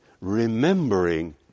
remembering